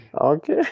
Okay